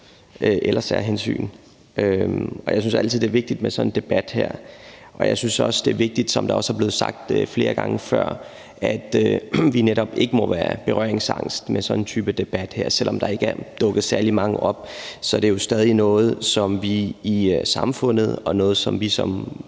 eller særhensyn. Jeg synes altid, det er vigtigt med sådan en debat her, og jeg synes også, det er vigtigt, som det også er blevet sagt flere gange før, at vi netop ikke må være berøringsangste over for sådan en type debat som den her. Selv om der ikke er dukket særlig mange op, så er det jo stadig noget, som vi i samfundet og vi som